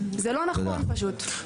זה לא נכון פשוט.